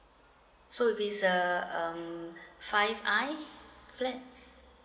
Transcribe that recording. so this is a um five i flat